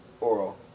Oral